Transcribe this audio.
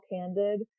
candid